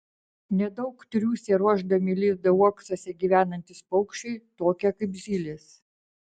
nedaug triūsia ruošdami lizdą uoksuose gyvenantys paukščiai tokie kaip zylės